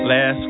Last